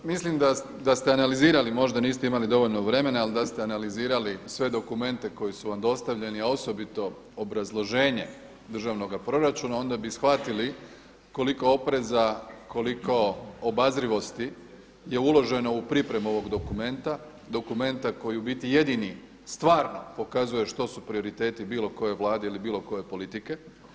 Mislim da ste analizirali, možda niste imali dovoljno vremena ali da ste analizirali sve dokumente koji su vam dostavljeni, a osobito obrazloženje državnoga proračuna onda bi shvatili koliko opreza, koliko obazrivosti je uloženo u pripremu ovog dokumenta, dokumenta koji u biti jedini stvarno pokazuje što su prioriteti bilo koje Vlade ili bilo koje politike.